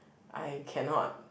I cannot